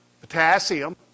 Potassium